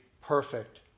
perfect